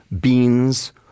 beans